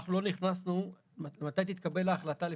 אנחנו לא נכנסו למתי תתקבל ההחלטה לפנות,